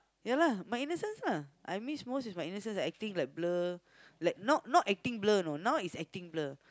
ya lah my innocence lah I miss most is my innocence like acting like blur like not not acting blur you know now is acting blur